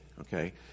okay